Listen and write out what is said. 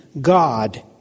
God